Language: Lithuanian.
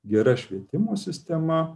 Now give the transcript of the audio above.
gera švietimo sistema